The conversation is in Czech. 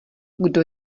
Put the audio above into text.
kdo